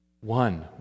One